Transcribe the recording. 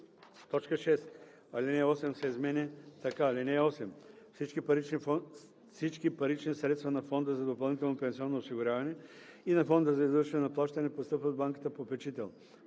6. Алинея 8 се изменя така: „(8) Всички парични средства на фонда за допълнително пенсионно осигуряване и на фонда за извършване на плащания постъпват в банката-попечител.